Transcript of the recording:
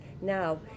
Now